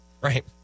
right